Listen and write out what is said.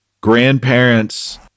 grandparents